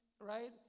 right